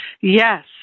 Yes